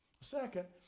Second